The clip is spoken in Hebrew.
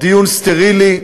דיון סטרילי,